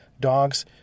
Dogs